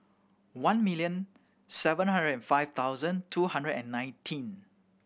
one million seven hundred and five thousand two hundred and nineteen